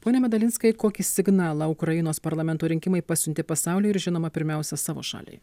pone medalinskai kokį signalą ukrainos parlamento rinkimai pasiuntė pasauliui ir žinoma pirmiausia savo šaliai